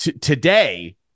today